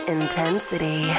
Intensity